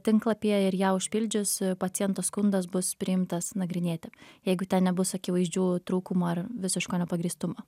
tinklapyje ir ją užpildžius paciento skundas bus priimtas nagrinėti jeigu ten nebus akivaizdžių trūkumų ar visiško nepagrįstumo